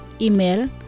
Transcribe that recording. Email